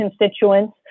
constituents